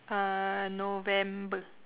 uh November